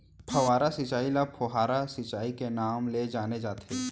फव्हारा सिंचई ल फोहारा सिंचई के नाँव ले जाने जाथे